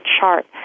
chart